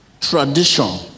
tradition